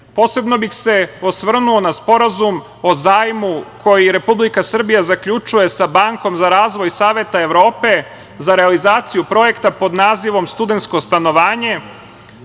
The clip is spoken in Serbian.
Srbije. Posebno bih se osvrnuo na Sporazum o zajmu koji Republika Srbija zaključuje sa Bankom za razvoj Saveta Evrope, za realizaciju projekta pod nazivom „Studentsko stanovanje“.